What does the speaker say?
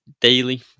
daily